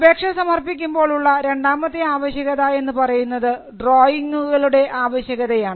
അപേക്ഷ സമർപ്പിക്കുമ്പോൾ ഉള്ള രണ്ടാമത്തെ ആവശ്യകത എന്ന് പറയുന്നത് ഡ്രോയിങുകളുടെ ആവശ്യകതയാണ്